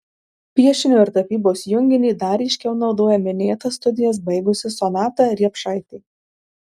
piešinio ir tapybos junginį dar ryškiau naudoja minėtas studijas baigusi sonata riepšaitė